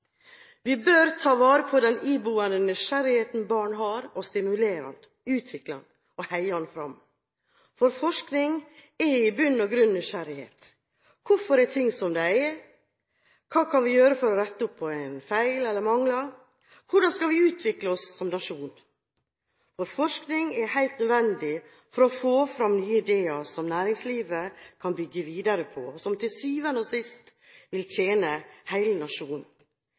Vi bør ta vare på den iboende nysgjerrigheten barn har, og stimulere den, utvikle den og heie den fram – for forskning er i bunn og grunn nysgjerrighet. Hvorfor er ting som de er? Hva kan vi gjøre for å rette opp i feil og mangler? Hvordan skal vi utvikle oss som nasjon? Forskning er helt nødvendig for å få fram nye ideer som næringslivet kan bygge videre på, og som til syvende og sist vil tjene hele nasjonen.